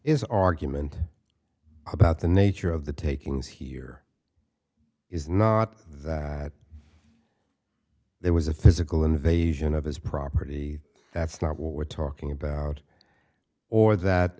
is argument about the nature of the takings here is not that there was a physical invasion of his property that's not what we're talking about or that